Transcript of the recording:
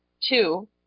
Two